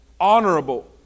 honorable